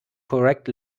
correct